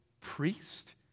priest